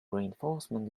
reinforcement